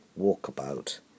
walkabout